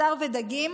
בשר ודגים,